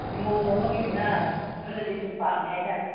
ꯂꯨꯍꯣꯡꯕ ꯑꯃꯒꯤꯅꯤꯅ ꯈꯔꯗꯤ ꯁꯨꯝ ꯄꯥꯝꯃꯦ ꯍꯥꯏꯇꯥꯔꯦ